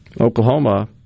Oklahoma